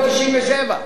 ב-1997.